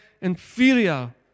inferior